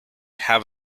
have